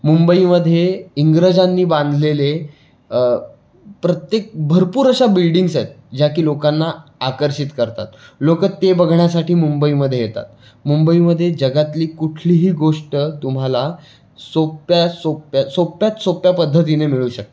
मुंबईमध्ये इंग्रजांनी बांधलेले प्रत्येक भरपूर अश्या बिल्डींगस आहेत ज्या की लोकांना आकर्षित करतात लोकं ते बघण्यासाठी मुंबईमध्ये येतात मुंबईमध्ये जगातली कुठलीही गोष्ट तुम्हाला सोप्या सोप्या सोप्यात सोप्या पद्धतीनी मिळू शकते